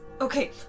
Okay